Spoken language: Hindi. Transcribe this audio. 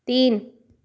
तीन